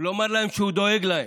ולומר להם שהוא דואג להם,